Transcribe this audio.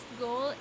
goal